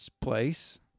place